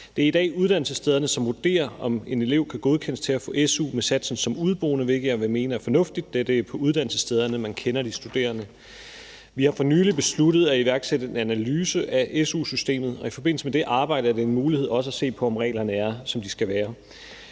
Det er i dag i uddannelsesstederne, som vurderer, om en elev kan godkendes til at få su med satsen som udeboende, hvilket jeg vil mene er fornuftigt, da det er på uddannelsesstederne, man kender de studerende. Vi har for nylig besluttet at iværksætte en analyse af su-systemet, og i forbindelse med det arbejde er det en mulighed også at se på, om reglerne er, som de skal være.